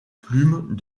plumes